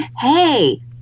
hey